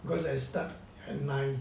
cause I start at nine